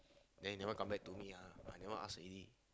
then never come back to me ah I never ask already